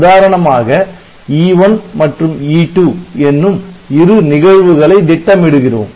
உதாரணமாக E1 மற்றும் E2 என்னும் இரு நிகழ்வுகளை திட்டமிடுகிறோம்